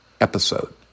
episode